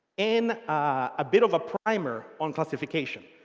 and a bit of a primer on classification.